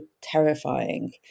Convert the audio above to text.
terrifying